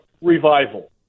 revival